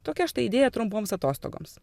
tokią štai idėja trumpoms atostogoms